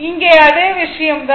இங்கே அதே விஷயம் தான்